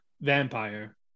vampire